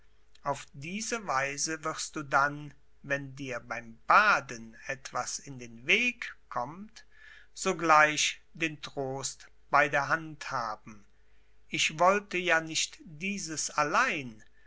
auf diese weise wirst du dann wenn dir beim baden etwas in den weg kommt sogleich den trost bei der hand haben ich wollte ja nicht dieses allein